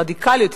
רדיקליות,